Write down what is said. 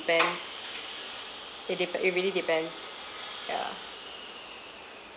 it depe~ it really depends yeah